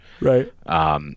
Right